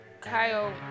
Kyle